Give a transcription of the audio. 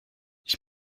ich